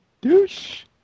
Douche